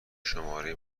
شماره